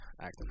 acting